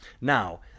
Now